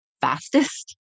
fastest